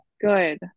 good